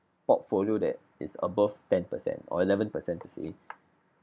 portfolio that is above ten percent or eleven percent you see